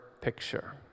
picture